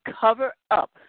cover-up